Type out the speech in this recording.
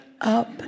up